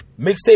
Mixtape